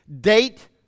date